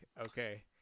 Okay